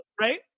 right